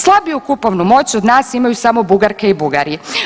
Slabiju kupovnu moć od nas imaju samo Bugarke i Bugari.